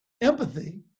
empathy